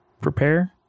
prepare